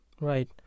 right